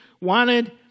wanted